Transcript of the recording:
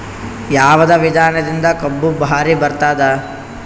ಯಾವದ ವಿಧಾನದಿಂದ ಕಬ್ಬು ಭಾರಿ ಬರತ್ತಾದ?